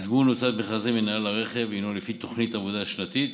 תזמון הוצאת מכרזי מינהל הרכב הוא לפי תוכנית העבודה השנתית